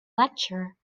lecture